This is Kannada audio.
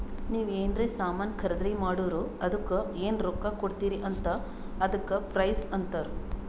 ನೀವ್ ಎನ್ರೆ ಸಾಮಾನ್ ಖರ್ದಿ ಮಾಡುರ್ ಅದುಕ್ಕ ಎನ್ ರೊಕ್ಕಾ ಕೊಡ್ತೀರಿ ಅಲ್ಲಾ ಅದಕ್ಕ ಪ್ರೈಸ್ ಅಂತಾರ್